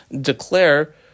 declare